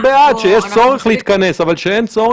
וידעו